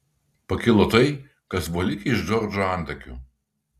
pakilo tai kas buvo likę iš džordžo antakių